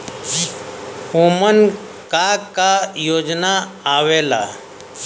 उमन का का योजना आवेला?